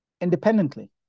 independently